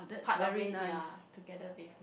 part of it ya together with